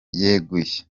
yeguye